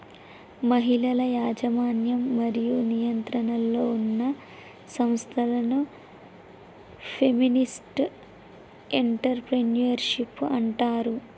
మహిళల యాజమాన్యం మరియు నియంత్రణలో ఉన్న సంస్థలను ఫెమినిస్ట్ ఎంటర్ ప్రెన్యూర్షిప్ అంటారు